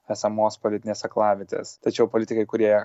esamos politinės aklavietės tačiau politikai kurie